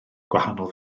gwahanol